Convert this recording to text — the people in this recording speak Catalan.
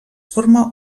forma